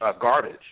Garbage